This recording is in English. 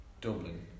Dublin